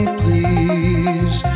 please